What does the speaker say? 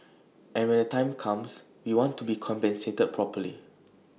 and when the time comes we want to be compensated properly